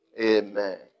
Amen